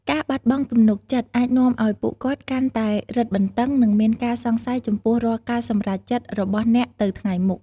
ការបាត់បង់ទំនុកចិត្តអាចនាំឲ្យពួកគាត់កាន់តែរឹតបន្តឹង និងមានការសង្ស័យចំពោះរាល់ការសម្រេចចិត្តរបស់អ្នកទៅថ្ងៃមុខ។